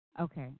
Okay